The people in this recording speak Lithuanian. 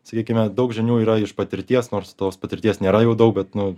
sakykime daug žinių yra iš patirties nors tos patirties nėra jau daug bet nu